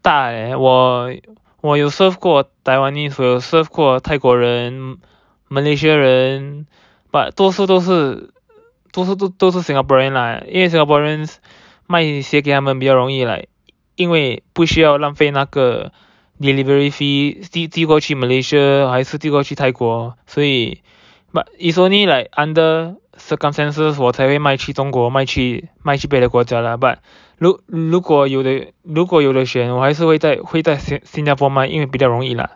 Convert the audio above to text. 大耶我有 serve 过 Taiwanese 我有 serve 过泰国人 Malaysia 人 but 多数都是多数都是 Singaporean lah 因为 Singaporeans 卖鞋给他们比较容易 like 因为不需要浪费那个 delivery fee 寄寄过去 Malaysia 还是寄过去泰国所以 but is only like under circumstances 我才会卖去中国卖去卖去别的国家 lah but 如如果有的如果有的选我还是会在会在新加坡卖因为比较容易啦